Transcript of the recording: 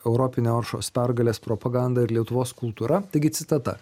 europinė oršos pergalės propaganda ir lietuvos kultūra taigi citata